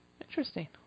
Interesting